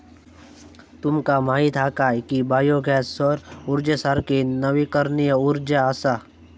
तुमका माहीत हा काय की बायो गॅस सौर उर्जेसारखी नवीकरणीय उर्जा असा?